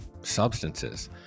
substances